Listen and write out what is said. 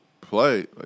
play